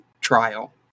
trial